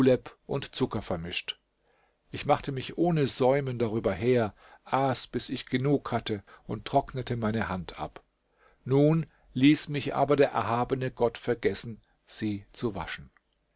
und zucker vermischt ich machte mich ohne säumen darüber her aß bis ich genug hatte und trocknete meine hand ab nun ließ mich aber der erhabene gott vergessen sie zu waschen